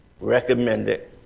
recommended